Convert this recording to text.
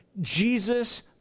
Jesus